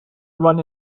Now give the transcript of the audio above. run